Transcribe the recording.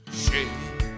shade